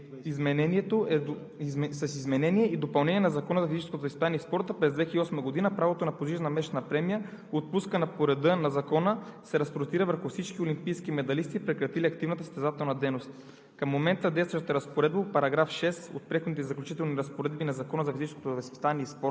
Впоследствие – през 2008 г., тази разпоредба е била отменена, а с изменение и допълнение на Закона за физическото възпитание и спорта през 2008 г. правото на пожизнена месечна премия, отпускана по реда на Закона, се разпростира върху всички олимпийски медалисти, прекратили активна състезателна дейност.